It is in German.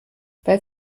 bei